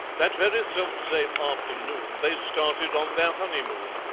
that very self-same afternoon they started on their honeymoon,